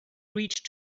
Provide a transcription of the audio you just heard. reach